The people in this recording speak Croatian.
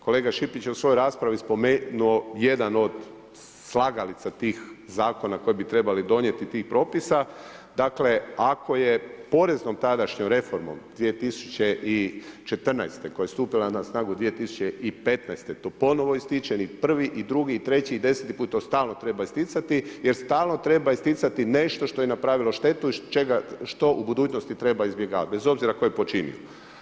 Kolega Šipić je u svojoj raspravi spomenuo jedan od slagalica tih zakona koje bi trebali donijeti ti propisa, dakle ako je poreznom tadašnjom reformom 2014. koja je stupila na snagu 2015. to ponovno ističe, ni prvi i drugi i treći i deseti put, to stalno treba isticati jer stalno treba isticati nešto što je napravilo štetu i što u budućnosti treba izbjegavat, bez obzira tko je počinio.